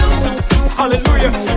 Hallelujah